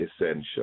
essential